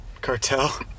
cartel